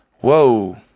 whoa